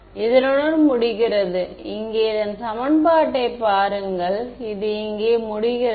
மாணவர் இதனுடன் முடிகிறது இங்கே இந்த சமன்பாட்டைப் பாருங்கள் இது இங்கே முடிகிறது